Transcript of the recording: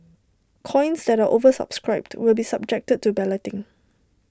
coins that are oversubscribed will be subjected to balloting